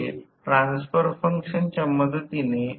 जसे की 2 s x 2 पेक्षा खूपच मोठी आहे